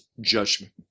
judgment